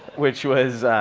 which was